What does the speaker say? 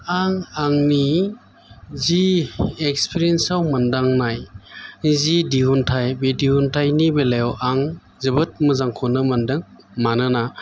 आं आंनि जि एकफिरियेनसआव मोनदांनाय जि दिहुनथाय बे दिहुनथायनि बेलायाव आं जोबोद मोजांखौनो मोनदों मानोना